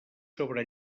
sobre